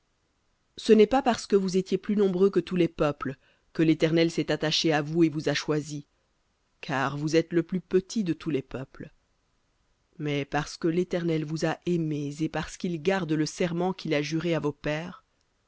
ce n'est pas parce que vous étiez plus nombreux que tous les peuples que l'éternel s'est attaché à vous et vous a choisis car vous êtes le plus petit de tous les peuples mais parce que l'éternel vous a aimés et parce qu'il garde le serment qu'il a juré à vos pères